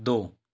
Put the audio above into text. दो